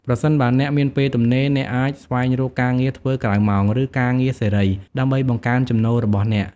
ប្រសិនបើអ្នកមានពេលទំនេរ អ្នកអាចស្វែងរកការងារធ្វើក្រៅម៉ោង ឬការងារសេរី ដើម្បីបង្កើនចំណូលរបស់អ្នក។